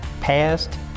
past